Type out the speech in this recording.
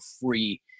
free